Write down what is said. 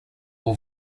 will